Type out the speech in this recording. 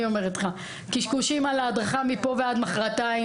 אני אומרת לך, קשקושים על ההדרכה מפה ועד מחרתיים.